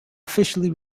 officially